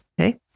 Okay